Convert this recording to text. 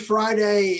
Friday